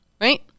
Right